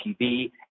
TV